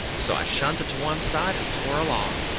so i shunted to one side and tore along.